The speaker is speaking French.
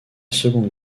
seconde